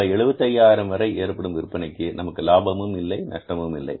ரூபாய் 75000 வரை ஏற்படும் விற்பனைக்கு நமக்கு லாபமும் இல்லை நஷ்டமும் இல்லை